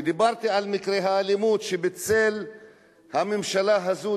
ודיברתי על מקרי האלימות שבצל הממשלה הזאת.